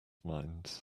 minds